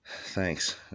Thanks